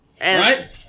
Right